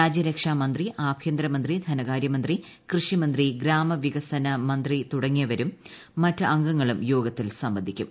രാജ്യരക്ഷാമന്ത്രി ആഭ്യന്തരമന്ത്രി ധനകാര്യമന്ത്രി കൃഷിമന്ത്രി ഗ്രാമവികസന മന്ത്രി തുടങ്ങിയവരും മറ്റ് അംഗങ്ങളും യോഗത്തിൽ സംബന്ധിക്കും